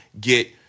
get